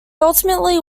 ultimately